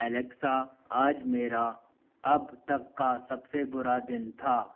Alexa आज मेरा अब तक का सबसे बुरा दिन था